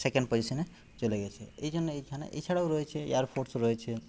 second পজিশনে চলে গেছে এই জন্য এইখানে এছাড়াও রয়েছে এয়ার ফোর্স রয়েছে